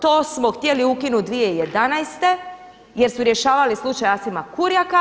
To smo htjeli ukinuti 20011. jer su rješavati slučaj Asima Kurjaka.